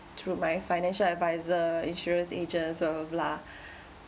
through my financial adviser insurance agents blah blah blah